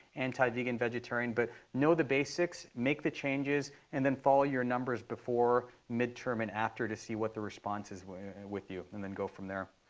anti-vegan, vegetarian, but know the basics. make the changes, and then follow your numbers before, mid-term, and after to see what the response is with you. and then go from there.